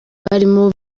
barimo